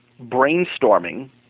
brainstorming